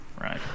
Right